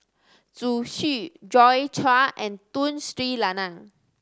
Zhu Xu Joi Chua and Tun Sri Lanang